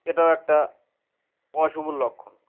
এটাও একটা অশুভ লক্ষণ